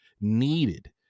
needed